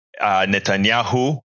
Netanyahu